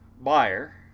Buyer